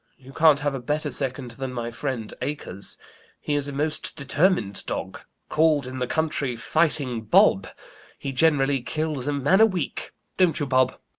you can't have a better second than my friend acres he is a most determined dog called in the country, fighting bob he generally kills a man a week don't you bob?